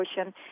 ocean